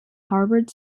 harvard